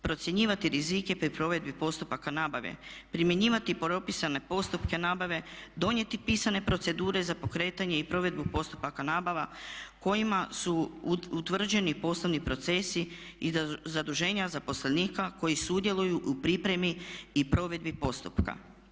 Procjenjivati rizike pri provedbi postupaka nabave, primjenjivati propisane postupke nabave, donijeti pisane procedure za pokretanje i provedbu postupaka nabava kojima su utvrđeni poslovni procesi i da zaduženja zaposlenika koji sudjeluju u pripremi i provedbi postupka.